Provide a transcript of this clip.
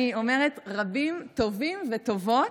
אני אומרת: רבים טובים וטובות,